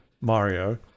Mario